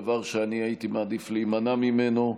דבר שהייתי מעדיף להימנע ממנו,